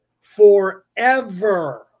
forever